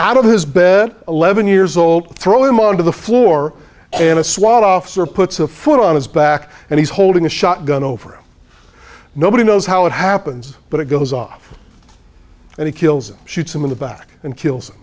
of his bed eleven years old throw him onto the floor in a swat officer puts a foot on his back and he's holding a shotgun over nobody knows how it happens but it goes on and he kills it shoots him in the back and kills